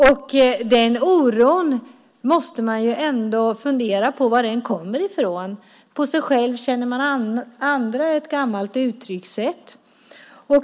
Man måste ändå fundera på varifrån denna oro kommer. "På sig själv känner man andra" är ett gammalt uttryckssätt.